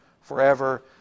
forever